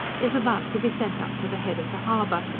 is about to be sent up to the head of the harbour,